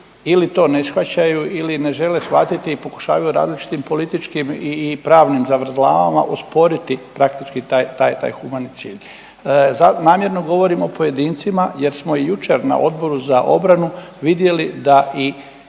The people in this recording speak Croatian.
ili to ne shvaćaju ili ne žele shvatiti i pokušavaju različitim političkim i pravnim zavrzlamama usporiti praktički taj, taj humani cilj. Namjerno govorim o pojedincima jer smo i jučer na Odboru za obranu vidjeli da i